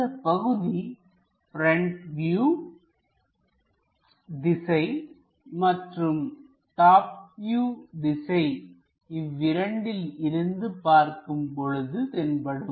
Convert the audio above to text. இந்தப் பகுதி front view திசை மற்றும் டாப் வியூ திசை இவ்விரண்டில் இருந்து பார்க்கும் பொழுது தென்படும்